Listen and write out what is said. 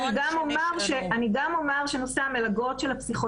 אני אומר גם בנושא המלגות של הפסיכולוגים